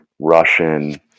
Russian